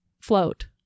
float